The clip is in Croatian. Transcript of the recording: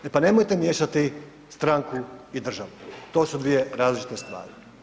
E pa nemojte miješati stranku i državu, to su dvije različite stvari.